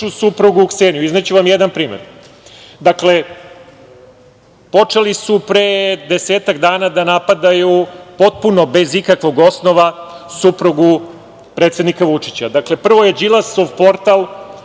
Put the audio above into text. suprugu Kseniju. Izneću vam jedan primer. Dakle, počeli su pre 10-ak dana da napadaju potpuno bez ikakvog osnova suprugu predsednika Vučića. Znači, prvo je Đilasov portal